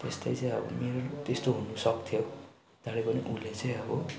त्यस्तै चाहिँ अब मेरो पनि त्यस्तो हुनुसक्थ्यो तरै पनि उसले चाहिँ अब